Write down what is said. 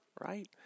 right